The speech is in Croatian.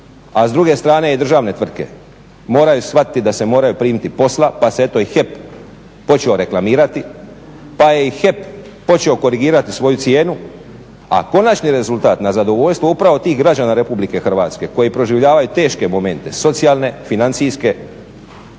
A s druge strane i državne tvrtke moraju shvatiti da se moraju primiti posla pa se eto i HEP počeo reklamirati, pa je i HEP počeo korigirati svoju cijenu. A konačni rezultat na zadovoljstvo upravo tih građana Republike Hrvatske koji proživljavaju teške momente, socijalne, financijske